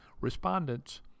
respondents